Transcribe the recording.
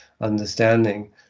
understanding